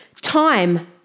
Time